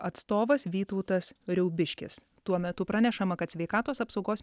atstovas vytautas riaubiškis tuo metu pranešama kad sveikatos apsaugos